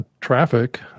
traffic